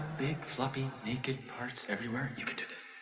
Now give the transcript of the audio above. big fluffy naked parts everywhere you can do this